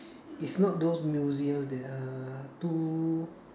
is not those museums that are too